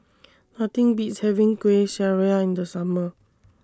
Nothing Beats having Kueh Syara in The Summer